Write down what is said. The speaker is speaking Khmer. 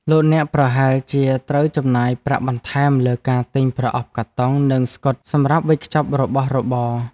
លោកអ្នកប្រហែលជាត្រូវចំណាយប្រាក់បន្ថែមលើការទិញប្រអប់កាតុងនិងស្កុតសម្រាប់វេចខ្ចប់របស់របរ។